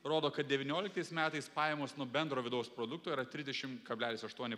rodo kad devynioliktais metais pajamos nuo bendro vidaus produkto yra trisdešim kablelis aštuoni